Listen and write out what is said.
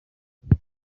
kuri